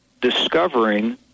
discovering